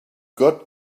got